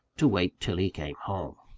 to wait till he came home.